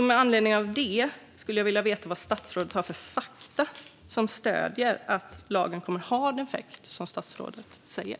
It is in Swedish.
Med anledning av det skulle jag vilja veta vilka fakta statsrådet har som stöd för att lagen kommer att få den effekt som statsrådet säger.